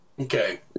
Okay